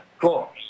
Cool